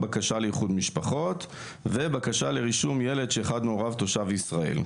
בקשה לאיחוד משפחות ובקשה לרישום ילד שאחד מהוריו הוא תושב ישראל,